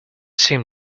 seem